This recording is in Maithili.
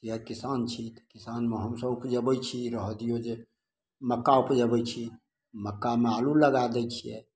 यऽ किसान छी किसानमे हमसभ उपजाबै छी रहऽ दिऔ जे मक्का उपजाबै छी मक्कामे आलू लगा दै छिए